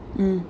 mm